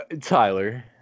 Tyler